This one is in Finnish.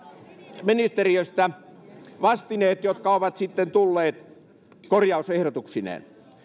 terveysministeriöstä vastineet jotka ovat sitten tulleet korjausehdotuksineen